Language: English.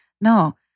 No